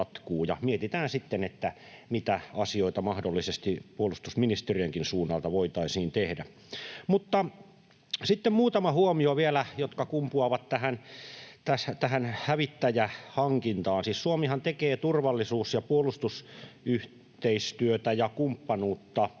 sitten, mitä asioita mahdollisesti puolustusministeriönkin suunnalta voitaisiin tehdä. Mutta sitten vielä muutama huomio, jotka kumpuavat tästä hävittäjähankinnasta. Siis Suomihan tekee turvallisuus- ja puolustusyhteistyötä ja -kumppanuutta